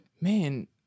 Man